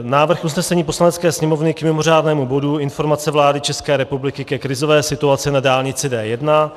Návrh usnesení Poslanecké sněmovny k mimořádnému bodu Informace vlády České republiky ke krizové situaci na dálnici D 1.